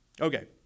Okay